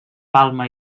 palma